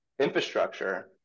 infrastructure